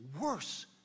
worse